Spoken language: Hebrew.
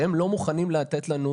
שהם לא מוכנים לתת לנו,